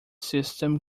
system